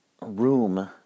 room